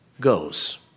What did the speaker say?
goes